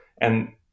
And-